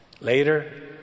Later